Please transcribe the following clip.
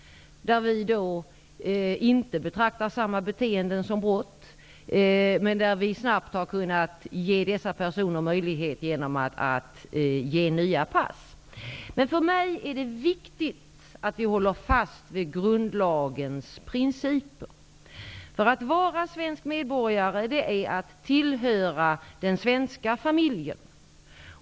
Vi betraktar inte samma beteenden som brott och har snabbt kunnat ge dessa personer möjlighet att lämna landet genom att ge nya pass. För mig är det viktigt att vi håller fast vid grundlagens principer. Att vara svensk medborgare innebär att man tillhör den svenska familjen.